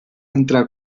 entrà